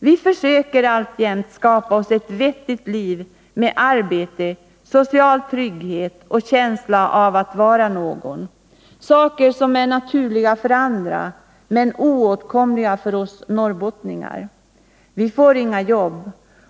Vi försöker alltjämt skapa oss ett vettigt liv med arbete, social trygghet och känsla att vara någon. Saker som är naturliga för andra, men oåtkomliga för oss norrbottningar. Vi får inga jobb.